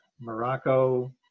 Morocco